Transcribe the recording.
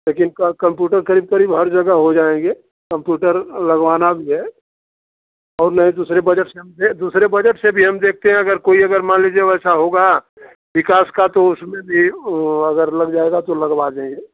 लेकिन कम्प्यूटर करीब करीब हर जगह हो जाएँगे कम्प्यूटर लगवाना भी है और नहीं दूसरे बजट से हम यह दूसरी बजट से भी हम देखते हैं अगर कोई अगर मान लीजिए वैसा होगा विकास का तो उसमें भी वह अगर लग जाएगा तो लगवा देंगे